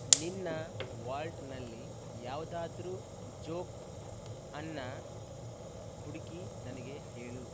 ನಿನ್ನ ವಾಲ್ಟ್ನಲ್ಲಿ ಯಾವುದಾದ್ರು ಜೋಕ್ ಅನ್ನು ಹುಡುಕಿ ನನಗೆ ಹೇಳು